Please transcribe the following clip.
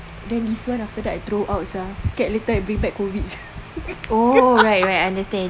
then this [one] after that I throw out sia scared later I bring back COVID sia